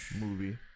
movie